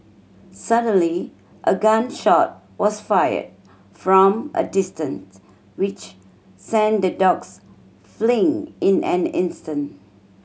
suddenly a gun shot was fired from a distance which sent the dogs fleeing in an instant